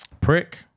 prick